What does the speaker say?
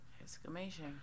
Exclamation